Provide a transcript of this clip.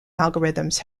algorithms